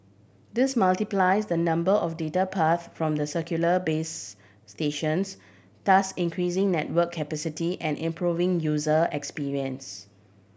this multiplies the number of data paths from the cellular base stations thus increasing network capacity and improving user experience